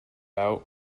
out